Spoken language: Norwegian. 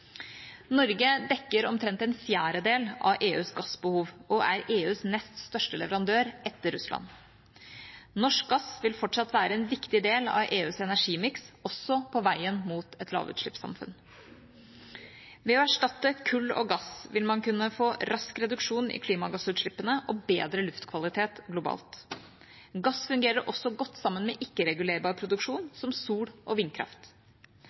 Norge dekker omtrent en fjerdedel av EUs gassbehov og er EUs nest største leverandør etter Russland. Norsk gass vil fortsatt være en viktig del av EUs energimiks, også på veien mot et lavutslippssamfunn. Ved å erstatte kull med gass vil man kunne få rask reduksjon i klimagassutslippene og bedre luftkvalitet lokalt. Gass fungerer også godt sammen med ikke-regulerbar produksjon som sol- og vindkraft.